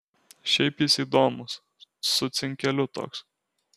šiaip jis įdomus su cinkeliu toks